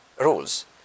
rules